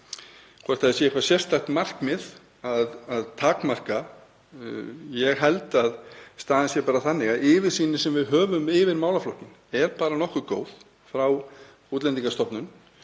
Hvort það sé eitthvert sérstakt markmið að takmarka, ég held að staðan sé bara þannig að yfirsýnin sem við höfum yfir málaflokkinn er bara nokkuð góð hjá Útlendingastofnun.